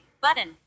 button